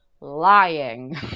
lying